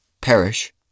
perish